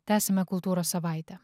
tęsiame kultūros savaitę